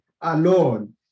alone